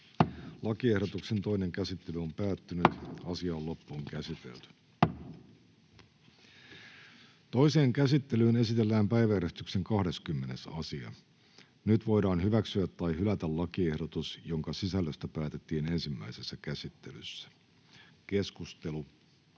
aikuinen saa tarvitsemansa tuen. — Kiitoksia. Toiseen käsittelyyn esitellään päiväjärjestyksen 29. asia. Nyt voidaan hyväksyä tai hylätä lakiehdotus, jonka sisällöstä päätettiin ensimmäisessä käsittelyssä. — Keskustelu,